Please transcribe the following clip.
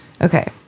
okay